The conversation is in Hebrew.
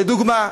לדוגמה,